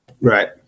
Right